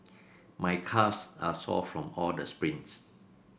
my calves are sore from all the sprints